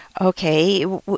Okay